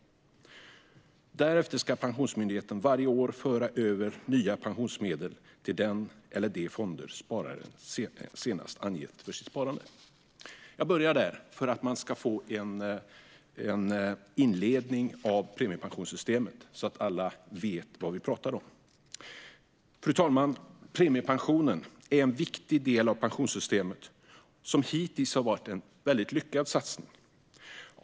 Därefter ska Pensionsmyndigheten varje år föra över nya pensionsmedel till den fond eller de fonder som spararen senast angett för sitt sparande. Jag har sagt detta som en inledning till premiepensionssystemet, så att alla vet vad vi pratar om. Fru talman! Premiepensionen är en viktig del av pensionssystemet och har hittills varit en väldigt lyckad satsning.